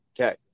Okay